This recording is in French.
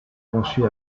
conçus